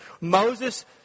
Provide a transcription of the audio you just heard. Moses